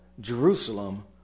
Jerusalem